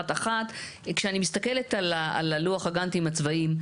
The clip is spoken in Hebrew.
כשאני מסתכלת על לוח הגאנטים ועל הצבעים,